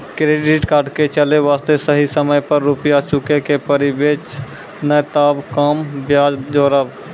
Credit card के चले वास्ते सही समय पर रुपिया चुके के पड़ी बेंच ने ताब कम ब्याज जोरब?